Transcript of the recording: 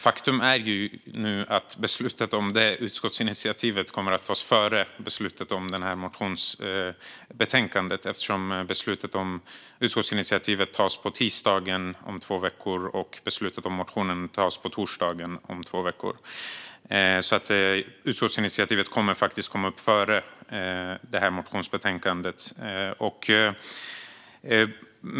Faktum är att beslutet om det utskottsinitiativet kommer att fattas före beslutet om motionsbetänkandet, eftersom beslutet om utskottsinitiativet fattas på tisdagen om två veckor och beslutet om motionen fattas på torsdagen om två veckor. Utskottsinitiativet kommer att komma upp före motionsbetänkandet.